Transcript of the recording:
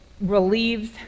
relieves